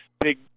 Big